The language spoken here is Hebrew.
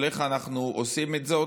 איך אנחנו עושים זאת?